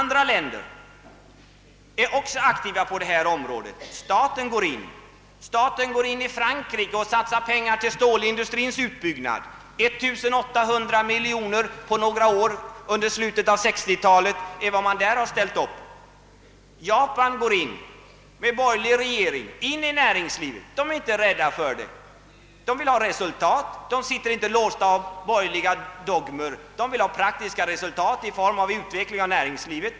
Andra länder är också aktiva på detta område och engagerar sig statligt i sådana sammanhang. I Frankrike satsar staten pengar till stålindustrins utbyggnad; 1 800 miljoner under några år under slutet av 60-talet är vad man har ställt i utsikt. Japanerna med borgerlig regering är inte rädda för att låta staten gå in i näringslivet. De är inte låsta av borgerliga dogmer utan vill ha praktiska resultat i form av utveckling av näringslivet.